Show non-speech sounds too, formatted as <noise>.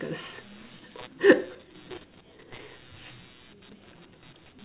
<laughs>